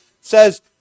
says